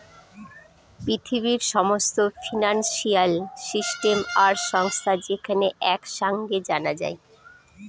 পৃথিবীর সমস্ত financial system আর সংস্থা যেখানে এক সাঙে জানা যায়